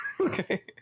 okay